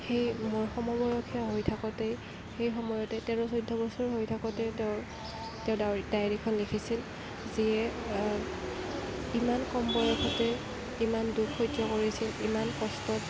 সেই মোৰ সমবয়সীয়া হৈ থাকোঁতেই সেই সময়তে তেৰ চৈধ্য বছৰ হৈ থাকোঁতে তেওঁৰ তেওঁ ডাও ডায়েৰীখন লিখিছিল যিয়ে ইমান কম বয়সতে ইমান দুখ সহ্য কৰিছিল ইমান কষ্টত